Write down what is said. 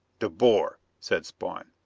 de boer, said spawn.